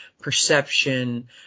perception